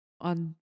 on